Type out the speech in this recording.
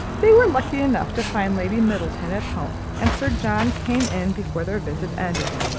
they were lucky enough to find lady middleton at home, and sir john came in before their visit ended.